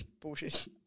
Bullshit